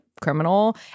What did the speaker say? criminal